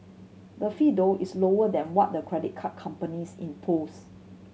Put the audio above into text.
the fee though is lower than what the credit card companies impose